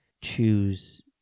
choose